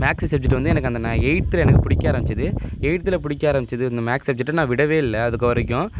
maths subject வந்து எனக்கு அந்த ந எயித்தில் எனக்கு பிடிக்க ஆரமிச்சிது எயித்தில் பிடிக்க ஆரமிச்சிது இந்த மேக்ஸ் சப்ஜெக்ட்டை நான் விடவே இல்லை அதுக்கு வரைக்கும்